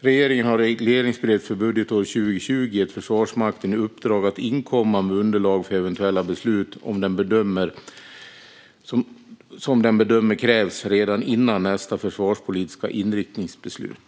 Regeringen har i regleringsbrevet för budgetåret 2020 gett Försvarsmakten i uppdrag att inkomma med underlag för eventuella beslut som den bedömer krävs redan före nästa försvarspolitiska inriktningsbeslut.